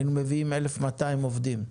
היינו מביאים אלף מאתיים עובדים.